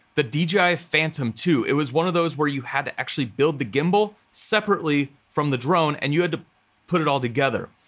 the dji phantom two. it was one of those where you had to actually build the gimbal separately from the drone and you had to put it all together.